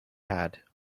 had